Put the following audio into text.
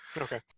okay